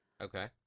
Okay